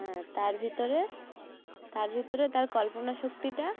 হ্যাঁ তার ভিতরে তার ভিতরে তার কল্পনা শক্তিটা